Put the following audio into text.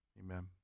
amen